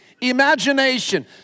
imagination